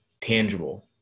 tangible